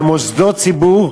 למוסדות ציבור,